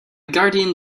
guardian